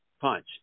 punch